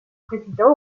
président